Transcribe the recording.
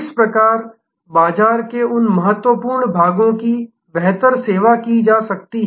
किस प्रकार बाजार के उन महत्वपूर्ण भागों की बेहतर सेवा की जा सकती है